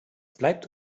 bleibt